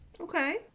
Okay